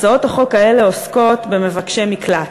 הצעות החוק האלה עוסקות במבקשי מקלט.